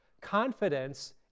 Confidence